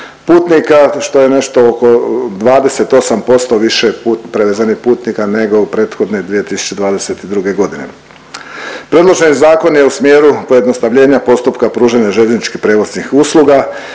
putnika što je nešto oko 28% više pu… prevezenih putnika nego u prethodne 2022. godine. Predloženi zakon je u smjeru pojednostavljenja postupka pružanja željezničkih prijevoznih usluga.